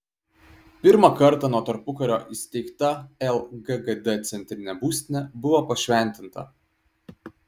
pirmą kartą nuo tarpukario įsteigta lggd centrinė būstinė buvo pašventinta